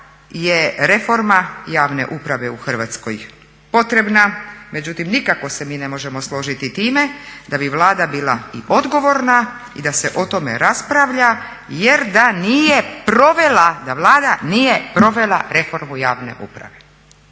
je reforma javne uprave u Hrvatskoj potrebna, međutim nikako se mi ne možemo složiti s time da bi Vlada bila i odgovorna i da se o tome raspravlja jer da nije provela, da Vlada nije provela reformu javne uprave.